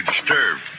disturbed